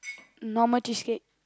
normal cheesecake